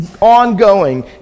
ongoing